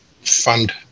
fund